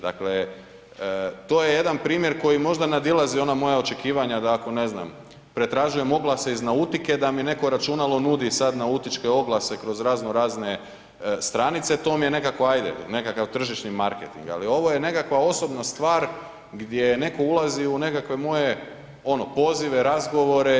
Dakle, to je jedan primjer koji možda nadilazi ona moja očekivanja da ako, ne znam, pretražujem oglase iz nautike, da mi neko računalo nudi sad nautičke oglase kroz razno razne stranice, to mi je nekako ajde, nekakav tržišni marketing, ali ovo je nekakva osobna stvar gdje netko ulazi u nekakve moje ono pozive, razgovore.